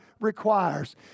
requires